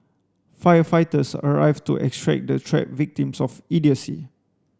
firefighters arrived to extract the trapped victims of idiocy